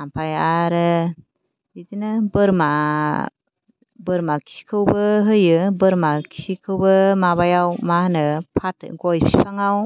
ओमफ्राय आरो बिदिनो बोरमा बोरमा खिखौबो होयो बोरमाखौबो माबायाव मा होननो फाथो गय बिफांआव